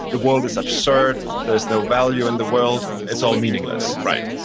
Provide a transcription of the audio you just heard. the world is absurd, there's no value in the world, it's all meaningless, right?